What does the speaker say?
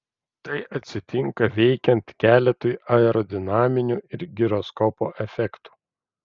tai atsitinka veikiant keletui aerodinaminių ir giroskopo efektų